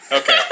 Okay